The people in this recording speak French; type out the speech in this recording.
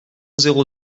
zéro